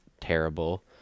terrible